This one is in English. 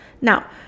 now